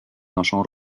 naszą